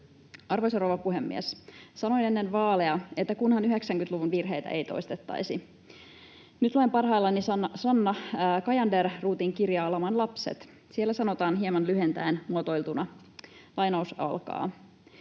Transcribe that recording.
Arvoisa rouva puhemies! Sanoin ennen vaaleja, että kunhan 90-luvun virheitä ei toistettaisi. Nyt luen parhaillaan Sanna Kajander-Ruuthin kirjaa Laman lapset. Siellä sanotaan hieman lyhentäen muotoiltuna, lainaus alkaa: